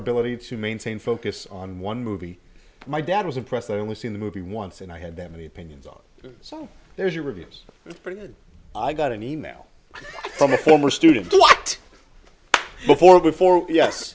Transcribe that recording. ability to maintain focus on one movie my dad was impressed i only seen the movie once and i had them the opinions on so there's your reviews but i got an email from a former student before before yes